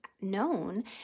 known